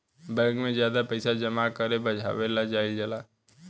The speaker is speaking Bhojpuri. बैंक में ज्यादे पइसा जमा अउर भजावे ला जाईल जाला